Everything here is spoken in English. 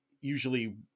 usually